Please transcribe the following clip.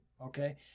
Okay